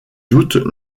doute